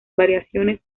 variaciones